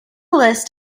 list